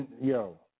Yo